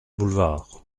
boulevards